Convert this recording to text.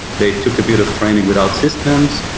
they took a bit of training with outsystems.